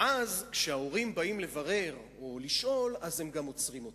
ואז כשההורים באים לברר או לשאול הם עוצרים גם אותם.